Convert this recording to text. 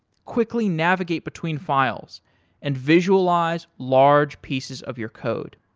quickly navigate between files and visualize large pieces of your code.